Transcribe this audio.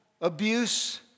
Abuse